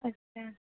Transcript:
अच्छा